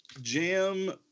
Jam